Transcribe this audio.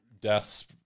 death's